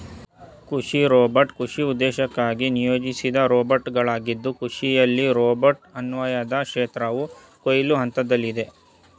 ಕೃಷಿ ರೋಬೋಟ್ ಕೃಷಿ ಉದ್ದೇಶಕ್ಕಾಗಿ ನಿಯೋಜಿಸಿದ ರೋಬೋಟಾಗಿದ್ದು ಕೃಷಿಯಲ್ಲಿ ರೋಬೋಟ್ ಅನ್ವಯದ ಕ್ಷೇತ್ರವು ಕೊಯ್ಲು ಹಂತದಲ್ಲಿದೆ